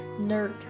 nerd